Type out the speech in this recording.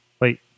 Wait